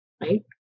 Right